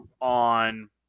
on